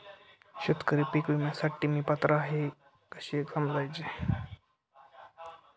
शेतकरी पीक विम्यासाठी मी पात्र आहे हे कसे समजायचे?